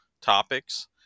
topics